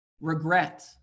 Regret